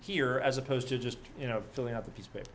here as opposed to just you know filling out the piece but